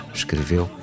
escreveu